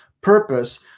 purpose